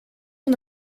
van